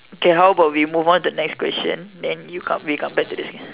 okay how about we move on to the next question then you come we come back to this again